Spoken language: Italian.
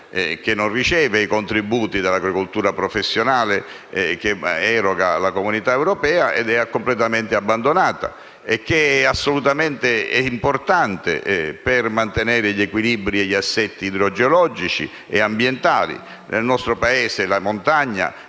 che non riceve i contributi dell'agricoltura professionale erogati dalla Comunità europea, e che è completamente abbandonata mentre è assolutamente importante per mantenere gli equilibri e gli assetti idrogeologici e ambientali. Nel nostro Paese la montagna